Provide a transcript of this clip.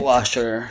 Washer